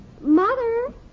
Mother